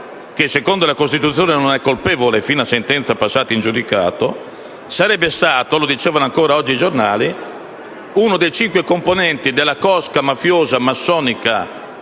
che secondo la Costituzione non è colpevole fino a sentenza passata in giudicato), sarebbe stato, come riportano ancora oggi i giornali, uno dei cinque componenti della cosca mafiosa, massonica e criminale